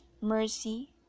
mercy